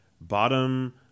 bottom